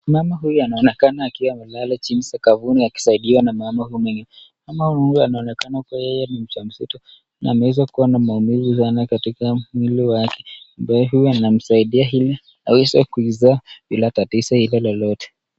Mama huyu anaonekana akiwa amelala chini sakafuni akisaidiwa na mama huyu mwingine. Mama huyu anaonekana kuwa yeye ni mjamzito na ameweza kuwa na maumivu sana katika mwili wake. Ambaye huyu anamsaidia ili aweze kuzaa bila tatizo lile lolote.